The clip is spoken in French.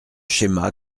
schéma